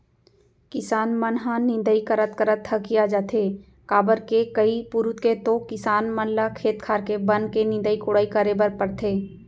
किसान मन ह निंदई करत करत हकिया जाथे काबर के कई पुरूत के तो किसान मन ल खेत खार के बन के निंदई कोड़ई करे बर परथे